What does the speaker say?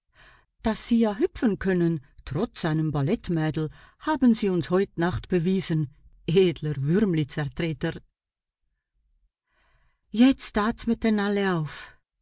daß sie ja hüpfen können trotz einem ballettmädel haben sie uns heut nacht bewiesen edler würmlizertreter jetzt atmeten alle auf